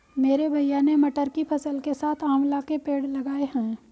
मेरे भैया ने मटर की फसल के साथ आंवला के पेड़ लगाए हैं